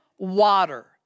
Water